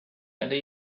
eller